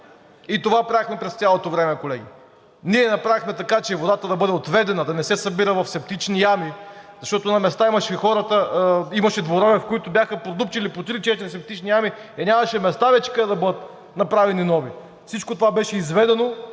и това правехме през цялото време, колеги. Ние направихме така, че водата да бъде отведена, да не се събира в септични ями, защото на места имаше дворове, в които бяха продупчили по три-четири септични ями, и нямаше места вече, където да бъдат направени нови. Всичко беше изведено